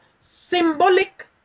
symbolic